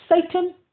Satan